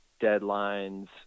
deadlines